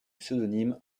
pseudonyme